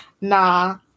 Nah